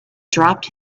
dropped